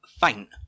faint